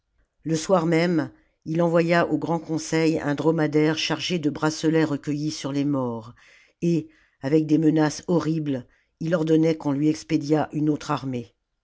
le soir même il envoya au grand conseil un dromadaire chaifré de bracelets recueillis sur les morts et avec des menaces horribles il ordonnait qu'on lui expédiât une autre armée